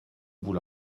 vous